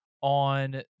on